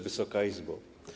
Wysoka Izbo!